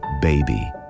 baby